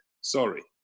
Sorry